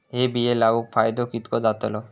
हे बिये लाऊन फायदो कितको जातलो?